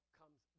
comes